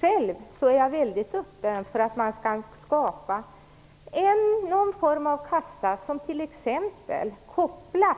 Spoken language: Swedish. Själv är jag väldigt öppen för tanken att skapa någon form av kassa som t.ex. kopplas